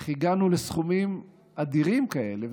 איך הגענו לסכומים אדירים כאלה.